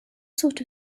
sort